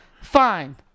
Fine